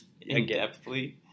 In-depthly